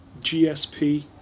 GSP